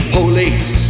police